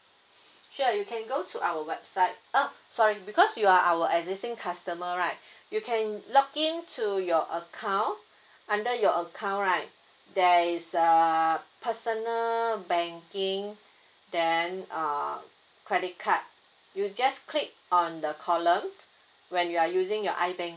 sure you can go to our website oh sorry because you are our existing customer right you can log in to your account under your account right there is a personal banking then uh credit card you just click on the column when you are using your ibank~